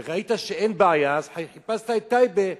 וראית שאין בעיה, אז חיפשת את טייבה,